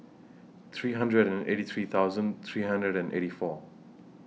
three hundred and eighty three thousand three hundred and eighty four